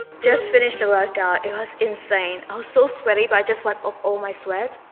just finished the workout, it was insane. i'm so sweaty but i just wiped off all my sweat.